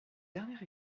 dernière